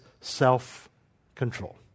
self-control